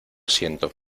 siento